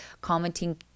commenting